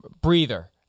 breather